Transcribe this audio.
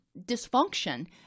dysfunction